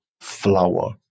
flower